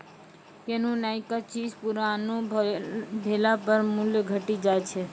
कोन्हो नयका चीज पुरानो भेला पर मूल्य घटी जाय छै